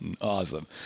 Awesome